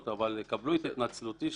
אמרנו שזו טענה טובה ונבדוק אותה.